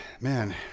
man